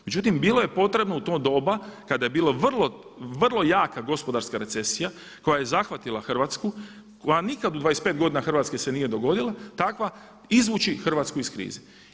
Međutim, bilo je potrebno u to doba kada je bilo vrlo, vrlo jaka gospodarska recesija koja je zahvatila Hrvatsku, koja nikad u 25 godina Hrvatske se nije dogodila takva, izvući Hrvatsku iz krize.